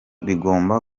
bigomba